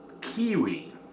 Kiwi